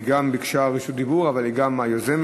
היא גם ביקשה רשות דיבור אבל היא גם היוזמת,